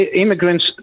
immigrants